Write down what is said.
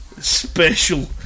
special